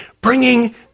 bringing